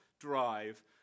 drive